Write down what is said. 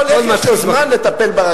איך הוא יכול, איך יש לו זמן לטפל ברכבת?